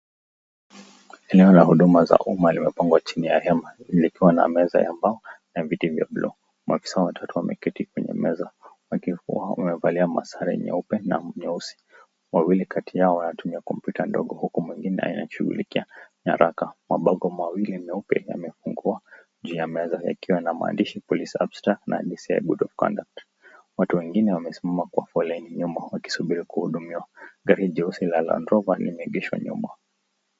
Eneo ya huduma zako mahali zimepagwachini ya hema likiwa na meza ya mbao na viti vya [blue] maafisa watatu wameketi kwenye meza wakikuwa wamevalia masare nyeupe na nyeusi. Wawili kati yao wanatumia kompyuta ndogo huku mwingine naye akishughulikia nyaraka mabao meupe mawili yamefungws juu ya meza ikiwa na maandishi police abstract na Dci good of conduct wengine wamesimama kwa foleni nyuma wakisubiri kuhudumiwa gari jeusi la land-rover limeegeshwa nyuma.